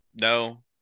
No